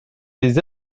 les